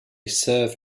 serve